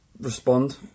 respond